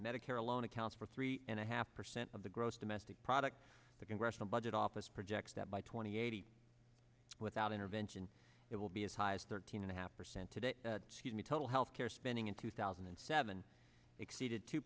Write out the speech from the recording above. medicare alone accounts for three and a half percent of the gross domestic product the congressional budget office projects that by twenty eight without intervention it will be as high as thirteen and a half percent today the total health care spending in two thousand and seven exceeded two